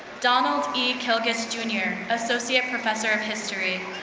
donald e. kilgus jr. associate professor of history.